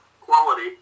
quality